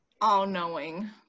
all-knowing